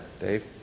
Dave